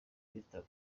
kwitaba